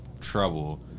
trouble